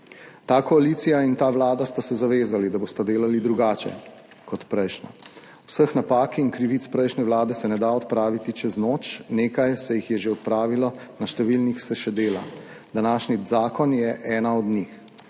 Ta koalicija in ta vlada sta se zavezali, da bosta delali drugače kot prejšnja. Vseh napak in krivic prejšnje vlade se ne da odpraviti čez noč, nekaj se jih je že odpravilo, na številnih se še dela. Današnji zakon je ena od njih.